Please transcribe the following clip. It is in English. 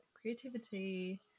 creativity